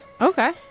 okay